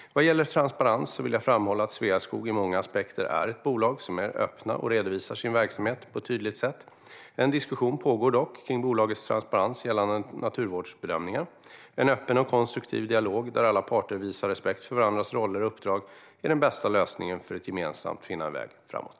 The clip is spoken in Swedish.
Vad gäller transparens vill jag framhålla att Sveaskog ur många aspekter är ett bolag som är öppet och redovisar sin verksamhet på ett tydligt sätt. En diskussion pågår dock kring bolagets transparens gällande naturvårdsbedömningar. En öppen och konstruktiv dialog, där alla parter visar respekt för varandras roller och uppdrag, är den bästa lösningen för att gemensamt finna en väg framåt.